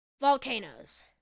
Volcanoes